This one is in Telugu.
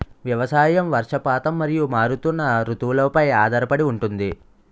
వ్యవసాయం వర్షపాతం మరియు మారుతున్న రుతువులపై ఆధారపడి ఉంటుంది